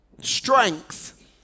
strength